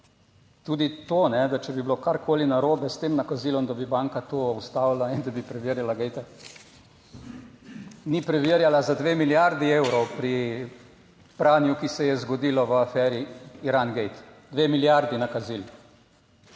Tudi to, da če bi bilo karkoli narobe s tem nakazilom, da bi banka to ustavila in da bi preverila, glejte, ni preverjala za dve milijardi evrov pri pranju, ki se je zgodilo v aferi Irangate. Dve milijardi nakazil.